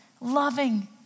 loving